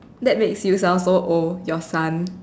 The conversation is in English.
that makes you sound so old your son